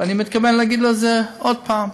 ואני מתכוון להגיד לו את זה עוד פעם,